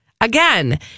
Again